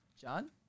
John